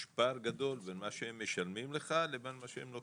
יש פער גדול בין מה שהם משלמים לך לבין מה שהם נותנים לך.